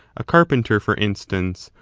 a carpenter, for instance,